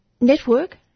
Network